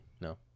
no